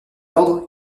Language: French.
ordre